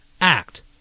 act